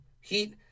Heat